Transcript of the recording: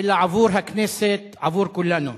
אלא עבור הכנסת, עבור כולנו.